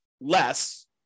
less